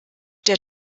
der